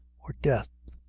or death.